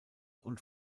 und